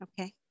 okay